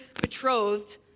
betrothed